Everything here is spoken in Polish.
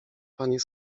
panie